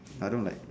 I don't like